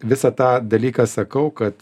visą tą dalyką sakau kad